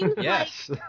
Yes